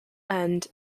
end